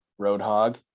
Roadhog